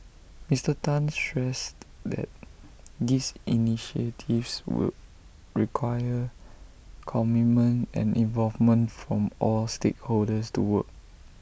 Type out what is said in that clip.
Mister Tan stressed that these initiatives would require commitment and involvement from all stakeholders to work